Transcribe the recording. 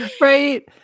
Right